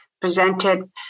presented